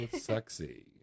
sexy